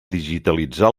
digitalitzar